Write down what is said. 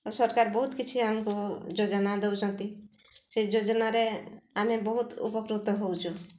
ଆଉ ସରକାର ବହୁତ କିଛି ଆମକୁ ଯୋଜନା ଦଉଛନ୍ତି ସେ ଯୋଜନାରେ ଆମେ ବହୁତ ଉପକୃତ ହଉଛୁ